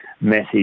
message